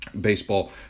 Baseball